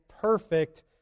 perfect